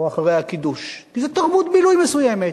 או אחרי הקידוש, כי זה תרבות בילוי מסוימת.